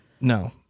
No